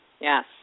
Yes